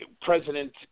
president